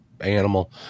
animal